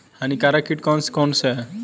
हानिकारक कीट कौन कौन से हैं?